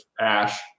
ash